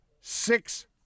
six